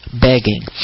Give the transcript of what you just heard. begging